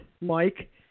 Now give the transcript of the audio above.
Mike